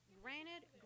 granted